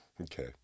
okay